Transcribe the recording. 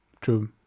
true